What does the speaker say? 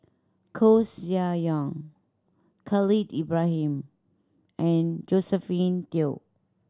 Koeh Sia Yong Khalil Ibrahim and Josephine Teo